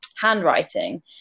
handwriting